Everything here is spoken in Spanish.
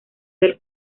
del